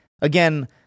again